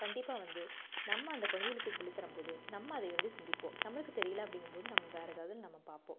கண்டிப்பாக வந்து நம்ம அந்தக் குழந்தைகளுக்கு சொல்லித்தரும் போது நம்ம அதை வந்து சிந்திப்போம் நம்மளுக்குத் தெரியலை அப்படிங்கும் போது நம்ம வேறு ஏதாவதில் நம்ம பார்ப்போம்